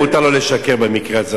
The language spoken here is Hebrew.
מותר לו לשקר במקרה הזה,